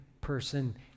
person